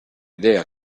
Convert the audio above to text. idea